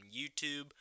YouTube